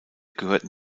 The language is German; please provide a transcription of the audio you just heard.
gehörten